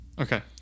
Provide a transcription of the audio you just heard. Okay